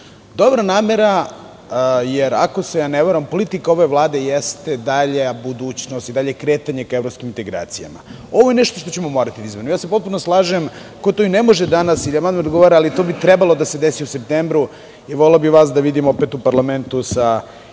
namera, jer ako se ne varam, dobra politika ove vlade jeste dalja budućnost i dalje kretanje ka evropskim integracijama. Ovo je nešto što ćemo morati da izmenimo. Potpuno se slažem, ko to i ne može danas na amandman da odgovara, ali to bi trebalo da se desi u septembru i voleo bih vas da vidim opet u parlamentu sa